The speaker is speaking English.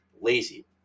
lazy